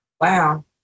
Wow